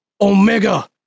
Omega